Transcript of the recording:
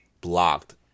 blocked